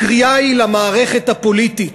הקריאה היא למערכת הפוליטית: